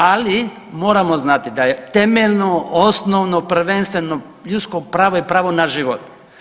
Ali, moramo znati da je temeljno osnovno prvenstveno ljudsko pravo je pravo na život.